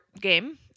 game